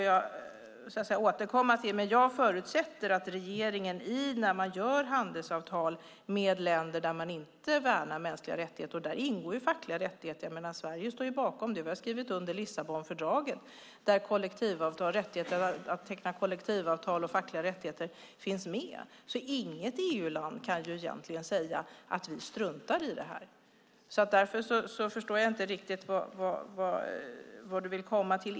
Jag får återkomma till det, men jag förutsätter att regeringen tar upp det när man tecknar handelsavtal med länder som inte värnar mänskliga rättigheter. Där ingår fackliga rättigheter. Sverige står bakom det. Vi har skrivit under Lissabonfördraget där rätten att teckna kollektivavtal och fackliga rättigheter finns med. Inget EU-land kan säga att man struntar i det här. Därför förstår jag inte riktigt vart du vill komma.